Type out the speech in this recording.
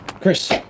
Chris